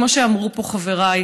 כמו שאמרו פה חבריי.